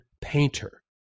Painter